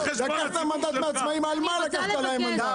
על מה לקחת מהעצמאים מנדט?